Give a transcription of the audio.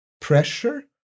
pressure